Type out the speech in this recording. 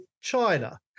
China